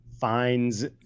finds